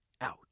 Out